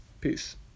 peace